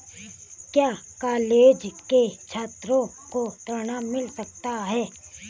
क्या कॉलेज के छात्रो को ऋण मिल सकता है?